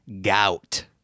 gout